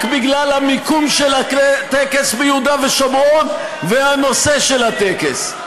רק בגלל המיקום של הטקס ביהודה ושומרון והנושא של הטקס,